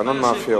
התקנון מאפשר.